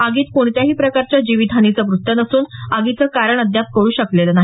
आगीत कोणत्याही प्रकारच्या जीवितहानीचं वृत्त नसून आगीचं कारण अद्याप कळू शकलेलं नाही